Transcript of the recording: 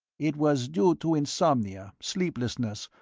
it was due to insomnia, sleeplessness,